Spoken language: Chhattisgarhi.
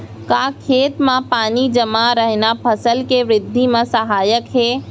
का खेत म पानी जमे रहना फसल के वृद्धि म सहायक हे?